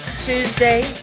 Tuesday